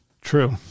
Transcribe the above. True